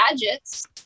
gadgets